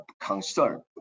concern